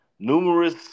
Numerous